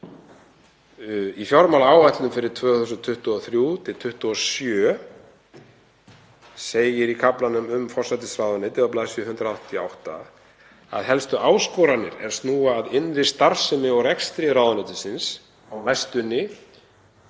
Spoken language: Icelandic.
Í fjármálaáætlun fyrir 2023–2027 segir í kaflanum um forsætisráðuneytið á bls. 188 að helstu áskoranir er snúa að innri starfsemi og rekstri ráðuneytisins á næstunni